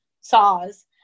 SAWS